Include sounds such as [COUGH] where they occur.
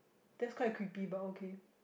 [BREATH] that's quite creepy but okay